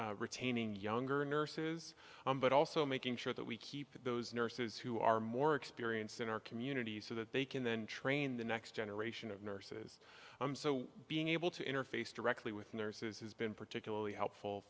only retaining younger nurses but also making sure that we keep those nurses who are more experienced in our community so that they can then train the next generation of nurses so being able to interface directly with nurses has been particularly helpful